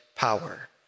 power